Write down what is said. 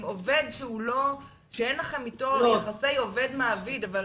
אם עובד שאין לכם אתו יחסי עובד-מעביד, אבל